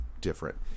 different